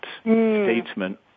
statesman